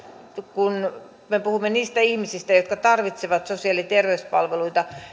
kun me puhumme niistä ihmisistä jotka tarvitsevat sosiaali ja terveyspalveluita